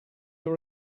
your